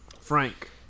frank